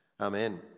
Amen